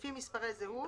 לפי מספרי זהות".